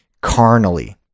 Carnally